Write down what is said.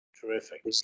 Terrific